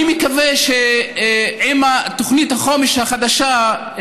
עם תוכנית החומש החדשה,